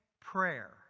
prayer